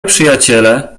przyjaciele